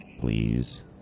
Please